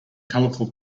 colorful